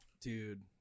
dude